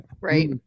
Right